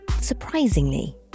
surprisingly